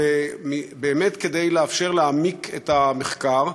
ובאמת, כדי לאפשר להעמיק את המחקר.